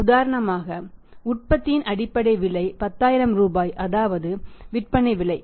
உதாரணமாக உற்பத்தியின் அடிப்படை விலை 10000 ரூபாய் அதாவது விற்பனை விலை